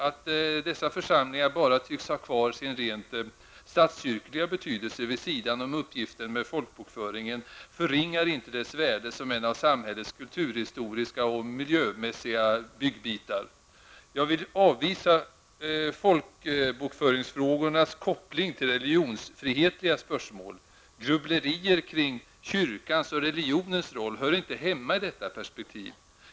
Att dessa församlingar bara tycks ha kvar sin rent statskyrkliga betydelse, vid sidan om uppgiften med folkbokföringen, förringar inte dess värde som en av samhällets kulturhistoriska och miljömässiga byggbitar. Jag vill avvisa folkbokföringsfrågans koppling till religionsfrihetliga spörsmål. Grubblerier kring kyrkans och religionens roll hör inte hemma i detta perspektiv.